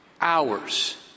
hours